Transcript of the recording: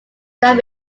stand